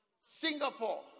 Singapore